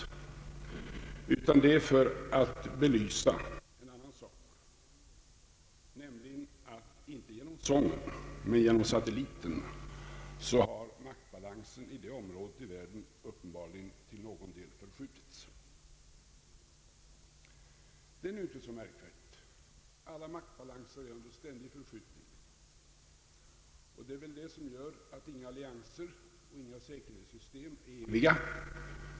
Jag citerar satellitens sång för att belysa något helt annat, nämligen att inte genom sången utan genom satelliten har maktbalansen i detta område av världen uppenbarligen till någon del förskjutits. Det är nu inte så märkvärdigt. Alla maktbalanser är under ständig förskjutning. Det är väl det som gör att inga allianser och inga säkerhetssystem är eviga.